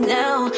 now